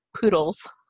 poodles